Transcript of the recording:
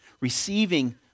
receiving